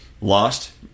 Lost